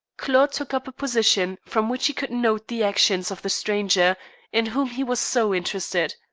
claude took up a position from which he could note the actions of the stranger in whom he was so interested.